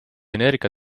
energia